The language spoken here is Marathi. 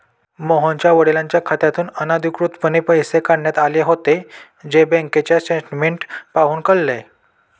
मोहनच्या वडिलांच्या खात्यातून अनधिकृतपणे पैसे काढण्यात आले होते, जे बँकेचे स्टेटमेंट पाहून कळले